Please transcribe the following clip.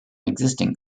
existing